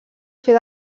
fer